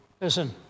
listen